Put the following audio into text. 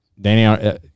Danny